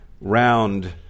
round